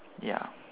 ya